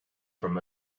from